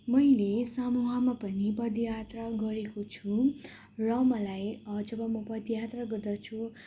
मैले समूहमा पनि पदयात्रा गरेको छु र मलाई जब म पदयात्रा गर्दछु